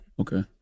Okay